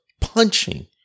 punching